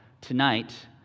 tonight